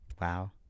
Wow